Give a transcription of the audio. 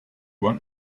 want